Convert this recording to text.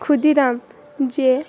ଖୁଦିରାମ ଯିଏ